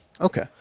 Okay